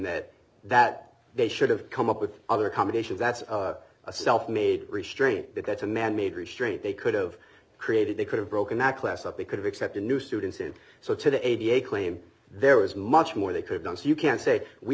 that that they should have come up with other combinations that's a self made restraint that that's a manmade restraint they could've created they could have broken that class up they could accept a new students and so to the a b a claim there was much more they could done so you can say we